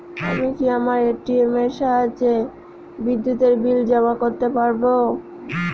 আমি কি আমার এ.টি.এম এর সাহায্যে বিদ্যুতের বিল জমা করতে পারব?